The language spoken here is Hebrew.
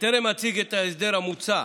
בטרם אציג את ההסדר המוצע,